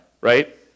right